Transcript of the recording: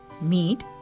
meat